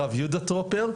הרב יהודה טרופר,